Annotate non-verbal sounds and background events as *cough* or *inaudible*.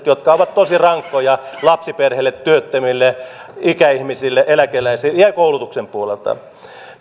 *unintelligible* jotka ovat tosi rankkoja lapsiperheille työttömille ikäihmisille eläkeläisille ja koulutuksen kannalta